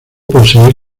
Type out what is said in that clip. posee